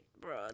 bro